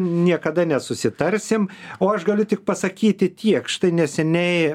niekada nesusitarsim o aš galiu tik pasakyti tiek štai neseniai